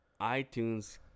iTunes